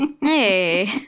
Hey